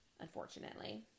unfortunately